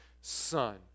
son